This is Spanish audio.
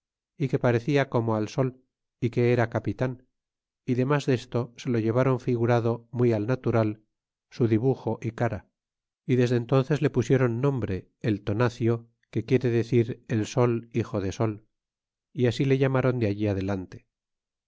y que parecia como al sol y que era capitan y demas desto se lo llevaron figurado muy al natural su dibuxo y cara y desde entónces le pusieron nombre el tonacio que quiere decir el sol hijo del sol y así le llamaron de allí adelante